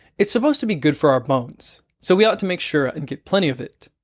it's supposed to be good for our bones, so we ought to make sure and get plenty of it.